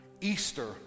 Easter